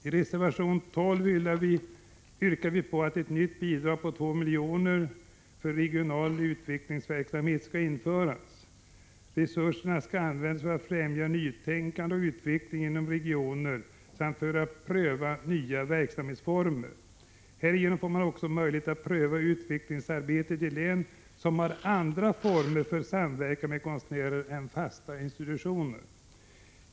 I reservation 12 yrkar vi på ett nytt bidrag på 2 milj.kr. för regional — Prot. 1985/86:128 utvecklingsverksamhet. Resurserna skall användas för att främja nytänkan 25 april 1986 de och utveckling inom regioner samt för att pröva nya verksamhetsformer. Härigenom får man också möjlighet att pröva utvecklingsarbetet i län som har andra former för samverkan med konstnärer än fasta institutioner.